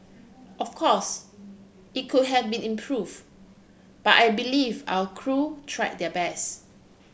of course it could have been improve but I believe our crew try their best